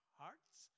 hearts